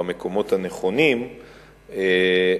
במקומות הנכונים,